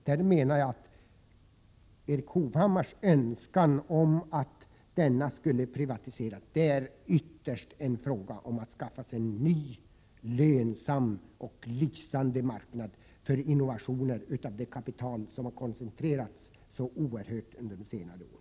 Jag menar att Erik Hovhammars önskan om att denna skulle privatiseras är ytterst en fråga om att skaffa sig en ny lönsam och lysande marknad för innovationer av det kapital som under senare år har koncentrerats så oerhört.